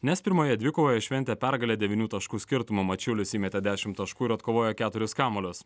nes pirmoje dvikovoje šventė pergalę devynių taškų skirtumu mačiulis įmetė dešim taškų ir atkovojo keturis kamuolius